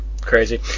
Crazy